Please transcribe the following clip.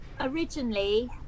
originally